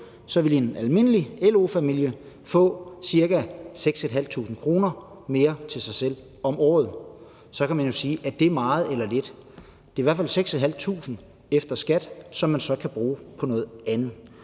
ville en almindelig LO-familie få ca. 6.500 kr. mere til sig selv om året. Så kan man jo spørge: Er det meget, eller er det lidt? Det er i hvert fald 6.500 kr. efter skat, som man så kan bruge på noget andet.